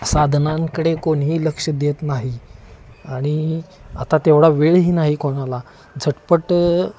साधनांकडे कोणीही लक्ष देत नाही आणि आता तेवढा वेळही नाही कोणाला झटपट